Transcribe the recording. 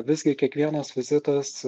visgi kiekvienas vizitas